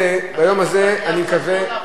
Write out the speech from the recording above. אני לא אומר שזה בכוונה.